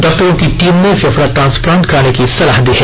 डॉक्टरों की टीम ने फेफड़ा ट्रांसप्लांट करने की सलाह दी है